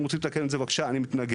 אם רוצים לתקן את זה, בבקשה, אני מתנגד.